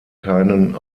keinen